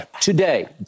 Today